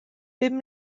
bum